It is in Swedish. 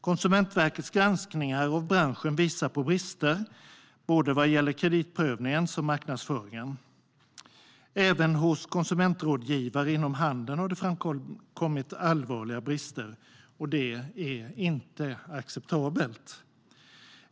Konsumentverkets granskningar av branschen visar på brister, både vad gäller kreditprövningen och marknadsföringen. Även hos konsumentkreditgivare inom handeln har det framkommit allvarliga brister, och det är inte acceptabelt.